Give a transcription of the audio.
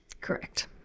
Correct